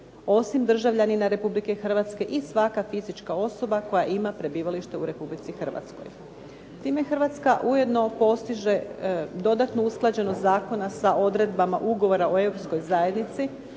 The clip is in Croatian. osim državljanina RH i svaka fizička osoba koja ima prebivalište u RH. Time Hrvatska ujedno postiže dodatnu usklađenost zakona sa odredbama Ugovora o europskoj zajednici,